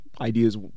ideas